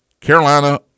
Carolina